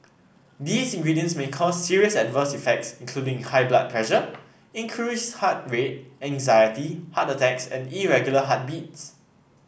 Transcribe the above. these ingredients may cause serious adverse effects including high blood pressure increased heart rate anxiety heart attacks and irregular heartbeats